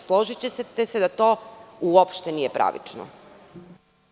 Složićete se da to uopšte nije pravično.